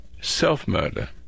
self-murder